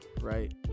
right